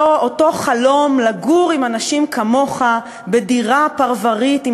אותו חלום לגור עם אנשים כמוך בדירה פרברית עם